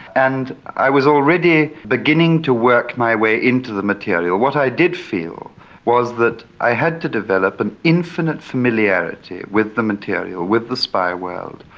and i was already beginning to work my way into the material. what i did feel was that i had to develop an infinite familiarity with the material, with the spy world.